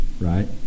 right